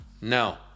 No